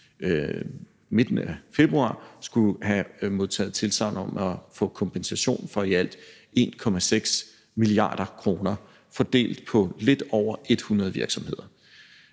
midten af februar – have modtaget tilsagn om at få kompensation for i alt 1,6 mia. kr. fordelt på lidt over 100 virksomheder.